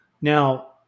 Now